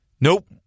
Nope